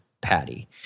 patty